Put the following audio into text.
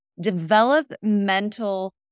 developmental